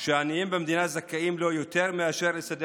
שהעניים במדינה זכאים לו יותר מאשר לסדר